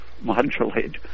modulate